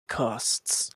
costs